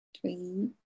Three